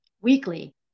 weekly